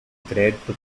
crédito